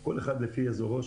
כל אחד על פי אזורו.